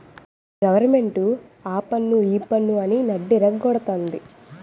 government ఆపన్ను ఈపన్ను అని నడ్డిరగ గొడతంది